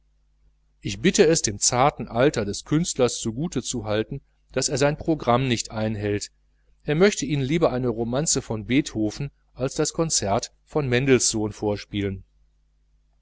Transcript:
ich bitte es dem zarten alter des künstlers zugute zu halten daß er sein programm nicht einhält er möchte ihnen lieber eine romanze von beethoven als das konzert von mendelssohn vorspielen